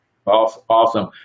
Awesome